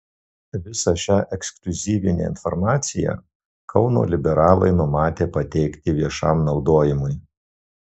visą šią ekskliuzyvinę informaciją kauno liberalai numatę pateikti viešam naudojimui